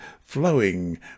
flowing